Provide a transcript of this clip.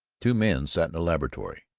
two men sat in a laboratory.